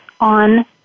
on